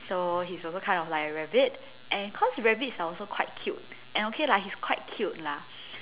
so he's also kind of like a rabbit and cause rabbits are also quite cute and okay lah he is quite cute lah